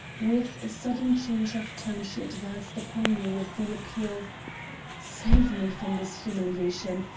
with a sudden change of tone she advanced upon me with the appeal save me from this humiliation.